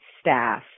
staff